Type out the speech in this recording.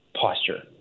posture